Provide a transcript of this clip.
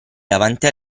davanti